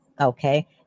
Okay